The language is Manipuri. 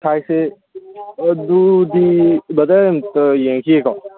ꯁꯥꯏꯖꯁꯦ ꯑꯗꯨꯗꯤ ꯕ꯭ꯔꯗꯔ ꯑꯝꯇ ꯌꯦꯡꯉꯛꯈꯤꯒꯦꯀꯣ